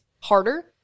harder